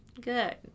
Good